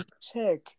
check